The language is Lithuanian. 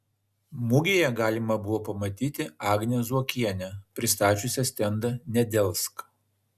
mugėje galima buvo pamatyti agnę zuokienę pristačiusią stendą nedelsk